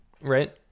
right